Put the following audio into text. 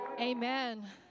Amen